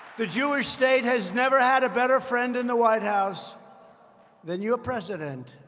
the jewish state has never had a better friend in the white house than your president,